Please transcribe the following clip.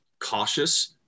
cautious